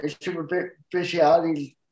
superficialities